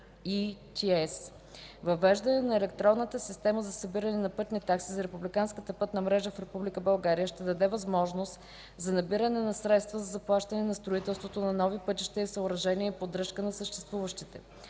Въвеждане на Електронна система за събиране на пътни такси за републиканската пътна мрежа в Република България ще даде възможност за: набиране на средства за заплащане на строителството на нови пътища и съоръжения и поддръжка на съществуващите;